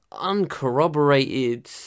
uncorroborated